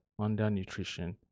undernutrition